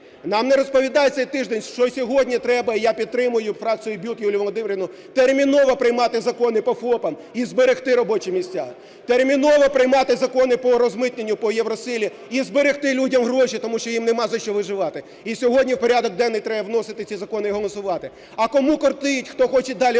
Нам не розповідають цей тиждень, що сьогодні треба, і я підтримую фракцію БЮТ і Юлію Володимирівну, терміново приймати закони по ФОПам і зберегти робочі місця, терміново приймати закони по розмитненню по "Євросилі" і зберегти людям гроші, тому що їм нема за що виживати. І сьогодні в порядок денний треба вносити ці закони і голосувати. А кому кортить, хто хоче далі